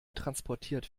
transportiert